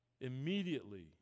immediately